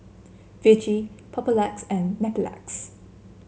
Vichy Papulex and Mepilex